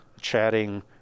chatting